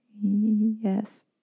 Yes